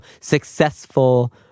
successful